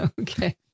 Okay